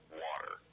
water